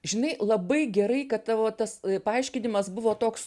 žinai labai gerai kad tavo tas paaiškinimas buvo toks